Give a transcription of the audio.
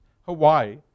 Hawaii